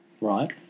Right